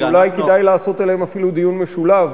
אולי כדאי לעשות עליהן אפילו דיון משולב.